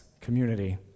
community